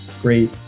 great